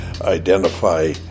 identify